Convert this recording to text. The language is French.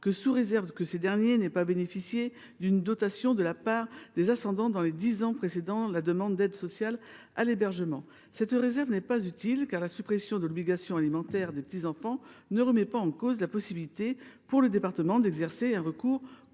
que sous réserve que ces derniers n’aient pas bénéficié d’une donation de la part des ascendants dans les dix ans précédant la demande d’aide sociale à l’hébergement. Cette réserve n’est pas utile, car la suppression de l’obligation alimentaire des petits enfants ne remet pas en cause la possibilité pour le département d’exercer un recours contre